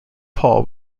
pall